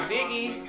Biggie